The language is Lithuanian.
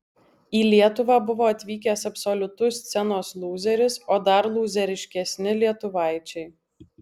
į lietuvą buvo atvykęs absoliutus scenos lūzeris o dar lūzeriškesni lietuvaičiai